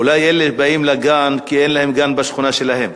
אולי אלה באים לגן כי אין להם גן בשכונה שלהם.